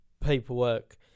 paperwork